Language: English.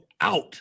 out